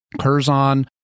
Curzon